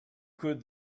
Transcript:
could